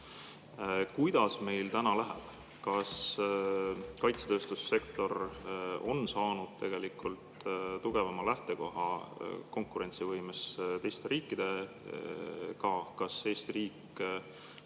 Kuidas meil täna läheb? Kas kaitsetööstussektor on saanud tugevama lähtekoha konkurentsivõimes teiste riikidega? Kas Eesti riik